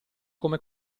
come